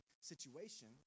situation